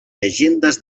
llegendes